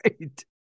right